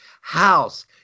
house